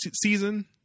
season